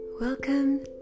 Welcome